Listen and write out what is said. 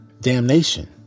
damnation